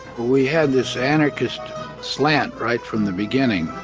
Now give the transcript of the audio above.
we had this anarchist slant right from the beginning,